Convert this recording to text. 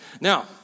Now